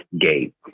gate